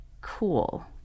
cool